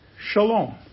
Shalom